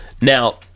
Now